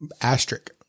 asterisk